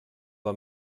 bei